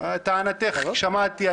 את טענתך שמעתי,